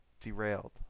derailed